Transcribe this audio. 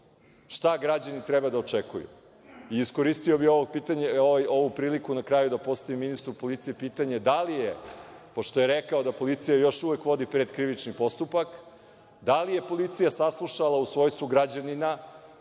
Šta građani treba da očekuju? Iskoristio bih ovu priliku na kraju da postavim ministru policije pitanje da li je, pošto je rekao da policija još uvek vodi predkrivični postupak, da li je policija saslušala u svojstvu građanina